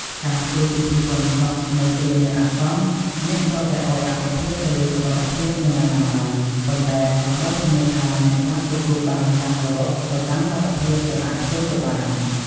ការធ្វើពិធីបុណ្យសពនៅពេលមានអាស្នន អ្នកត្រូវតែឲ្យអាទិភាពទៅលើសុវត្ថិភាព និង អនាម័យ ប៉ុន្តែក៏ត្រូវធានាថាអ្នកស្លាប់ទទួលបានការគោរព ទៅតាមលទ្ធភាពដែលអាចធ្វើទៅបាន។